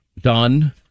Done